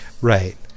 Right